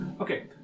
okay